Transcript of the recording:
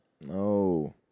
No